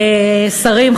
שרים,